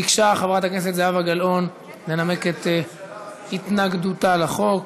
ביקשה חברת הכנסת זהבה גלאון לנמק את התנגדותה לחוק,